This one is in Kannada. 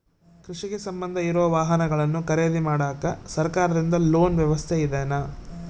ಕೃಷಿಗೆ ಸಂಬಂಧ ಇರೊ ವಾಹನಗಳನ್ನು ಖರೇದಿ ಮಾಡಾಕ ಸರಕಾರದಿಂದ ಲೋನ್ ವ್ಯವಸ್ಥೆ ಇದೆನಾ?